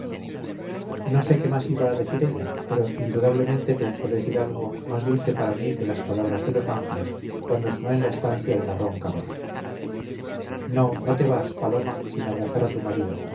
no sé qué más iba a decir ella pero indudablemente pensó decir algo más dulce para mí que las palabras de los ángeles cuando sonó en la estancia una ronca voz no no te vas paloma sin abrazar a tu marido